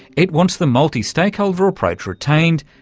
it wants the multi-stakeholder approach retained,